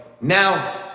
Now